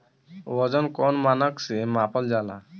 वजन कौन मानक से मापल जाला?